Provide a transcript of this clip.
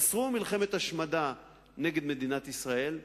אסרו מלחמת השמדה נגד מדינת ישראל,